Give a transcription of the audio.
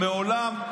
מעולם,